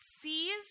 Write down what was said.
sees